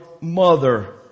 mother